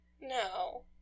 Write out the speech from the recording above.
No